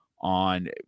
on